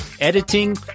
editing